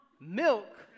milk